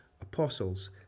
apostles